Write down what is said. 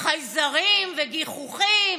חייזרים וגיחוכים.